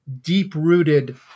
deep-rooted